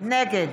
נגד